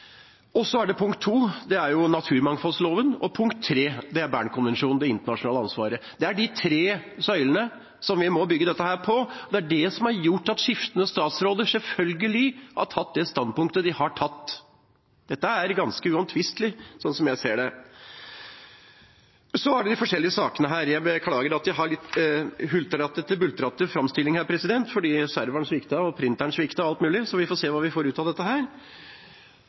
Så er naturmangfoldloven den andre og Bernkonvensjonen, det internasjonale ansvaret, den tredje. Det er de tre pilarene som vi må bygge dette på. Det er det som har gjort at skiftende statsråder selvfølgelig har tatt det standpunktet de har tatt. Dette er ganske uomtvistelig, sånn som jeg ser det. Når det gjelder de forskjellige sakene her, beklager jeg at jeg har en litt hulter til bulter framstilling, for serveren sviktet, printeren sviktet, osv., så vi får se hva vi får ut av dette.